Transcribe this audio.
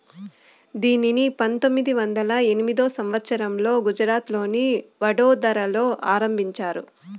దీనిని పంతొమ్మిది వందల ఎనిమిదో సంవచ్చరంలో గుజరాత్లోని వడోదరలో ఆరంభించారు